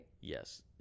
Yes